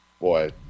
boy